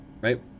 Right